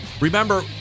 Remember